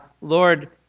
Lord